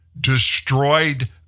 destroyed